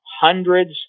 hundreds